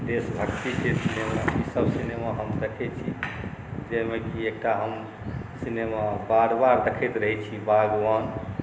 देशभक्तिके सिनेमासब सिनेमा हम देखै छी जाहिमे कि एकटा हम सिनेमा बार बार देखैत रहै छी बागवान